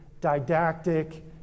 didactic